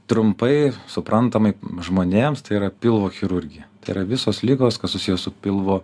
trumpai suprantamai žmonėms tai yra pilvo chirurgija yra visos ligos kas susiję su pilvo